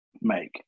make